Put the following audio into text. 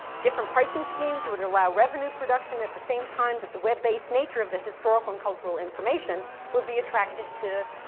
different pricing schemes would allow revenue production at the same time that the web based nature of the historical and cultural information would be attractive to